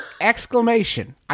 exclamation